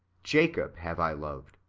jacob have i loved,